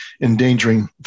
endangering